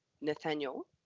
Nathaniel